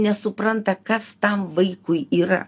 nesupranta kas tam vaikui yra